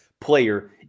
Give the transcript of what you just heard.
player